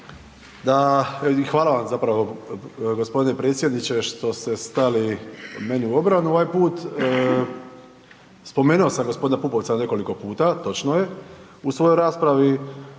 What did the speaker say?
hvala vam zapravo g. predsjedniče što ste stali meni u obranu ovaj put. Spomenuo sam g. Pupovca nekoliko puta, točno je, u svojoj raspravi